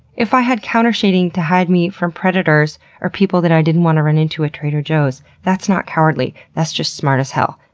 if i had countershading to hide me from predators or people that i didn't want to run into at trader joe's, that's not cowardly. that's just smart as hell,